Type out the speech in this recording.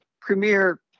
premier